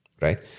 right